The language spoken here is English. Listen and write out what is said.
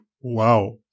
Wow